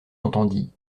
entendit